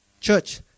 Church